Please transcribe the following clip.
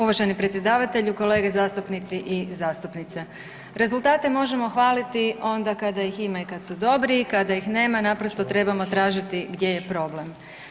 Uvaženi predsjedavatelju, kolege zastupnici i zastupnice, rezultate možemo hvaliti onda kad ih ima i kad su dobri, kada ih nema naprosto trebamo tražiti gdje je problem.